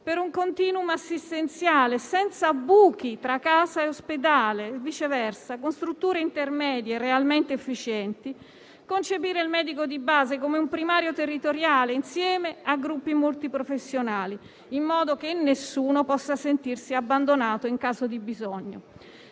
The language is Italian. per un *continuum* assistenziale senza buchi tra casa e ospedale e viceversa, con strutture intermedie realmente efficienti, concependo il medico di base come un primario territoriale insieme a gruppi multiprofessionali, in modo che nessuno possa sentirsi abbandonato in caso di bisogno.